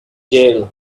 jail